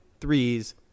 threes